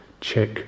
check